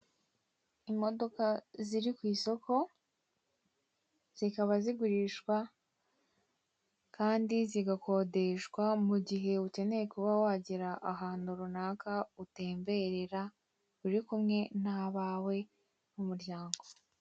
Imodoka ziri kw' isoko, zikaba zigurishwa, Kandi zigakodeshwa mugihe ukeneye kuba wagira ahantu runaka utemberera, uri kumwe n' abawe n' umuryango.